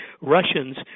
Russians